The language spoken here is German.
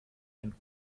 ein